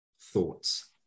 thoughts